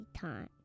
time